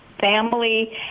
Family